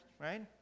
right